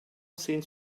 seemed